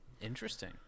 interesting